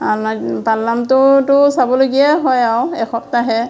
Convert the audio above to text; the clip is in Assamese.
পালনামটোতো চাবলগীয়াই হয় আও এসপ্তাহে